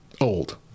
old